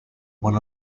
one